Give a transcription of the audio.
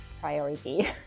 priority